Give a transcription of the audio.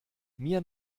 mir